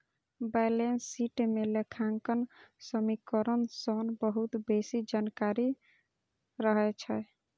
balance sheet मे लेखांकन समीकरण सं बहुत बेसी जानकारी रहै छै